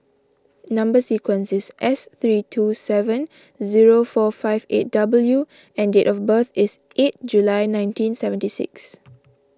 Number Sequence is S three two seven zero four five eight W and date of birth is eight July nineteen seventy six